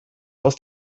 aus